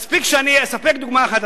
מספיק שאני אספק דוגמה אחת,